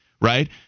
right